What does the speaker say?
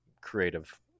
creative